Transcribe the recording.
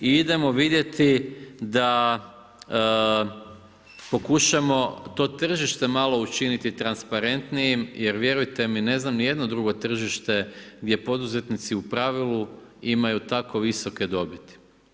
I idemo vidjeti da pokušamo to tržište malo učiniti transprentnijim jer vjerujte mi ne znam ni jedno drugo tržište gdje poduzetnici u pravilu imaju tako visoke dobiti.